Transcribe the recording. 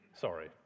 Sorry